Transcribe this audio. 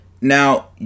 Now